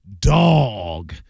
Dog